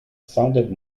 sounded